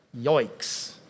Yikes